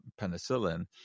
penicillin